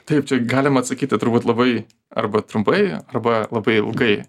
taip čia galima atsakyti turbūt labai arba trumpai arba labai ilgai